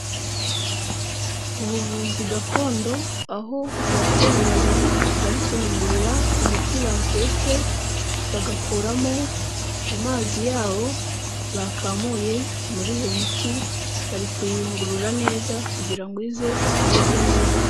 Ubuvuzi gakondo, aho ababyeyi babiri bari kuyungurura imiti batetse, bagakuramo amazi yawo bakamuye muri iyo miti, bari kuyiyungurura neza kugira ngo ize imeze neza.